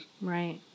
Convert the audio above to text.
Right